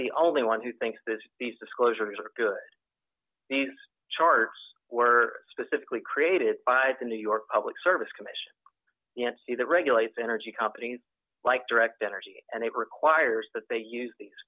the only one who thinks that these disclosures are good these charts were specifically created by the new york public service commission that regulates energy companies like direct energy and it requires that they use these